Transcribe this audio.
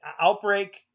outbreak